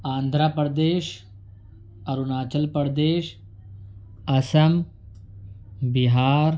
Andhra Pradesh Arunachal Pradesh Assam Bihar